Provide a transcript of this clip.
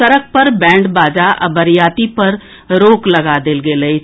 सड़क पर बैंड बाजा आ बरियाती पर रोक लगा देल गेल अछि